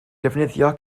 defnyddio